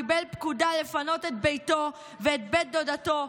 קיבל פקודה לפנות את ביתו ואת בית דודתו,